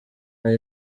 hari